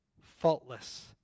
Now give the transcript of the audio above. Faultless